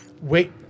wait